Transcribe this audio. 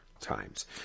times